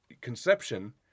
conception